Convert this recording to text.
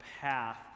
path